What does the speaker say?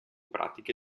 pratiche